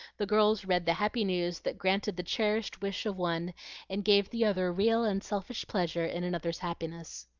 the girls read the happy news that granted the cherished wish of one and gave the other real unselfish pleasure in another's happiness.